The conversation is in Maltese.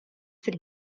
fil